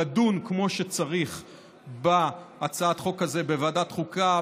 לדון כמו שצריך בהצעת החוק הזאת בוועדת חוקה,